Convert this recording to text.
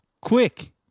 quick